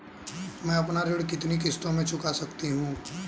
मैं अपना ऋण कितनी किश्तों में चुका सकती हूँ?